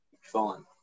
fine